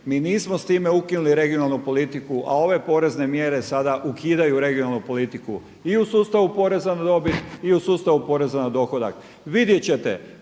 Mi nismo s time ukinuli regionalnu politiku, a ove porezne mjere sada ukidaju regionalnu politiku i u sustavu poreza na dobit i u sustavu poreza na dohodak. Vidjet ćete,